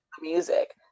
music